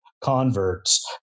converts